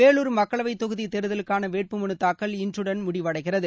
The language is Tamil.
வேலூர் மக்களவை தொகுதி தேர்தலுக்கான வேட்பு மனு தாக்கல் இன்றுடன் முடிவடைகிறது